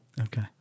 Okay